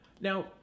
Now